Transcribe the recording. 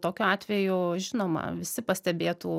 tokiu atveju žinoma visi pastebėtų